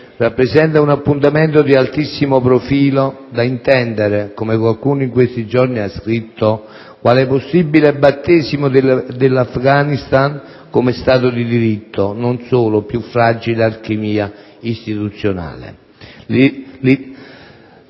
rappresenta un appuntamento di altissimo profilo da intendere, come qualcuno in questi giorni ha scritto, quale possibile «battesimo dell'Afghanistan come Stato di diritto, non solo più fragile alchimia istituzionale».